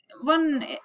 one